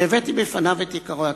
והבאתי בפניו את עיקרי התוכנית.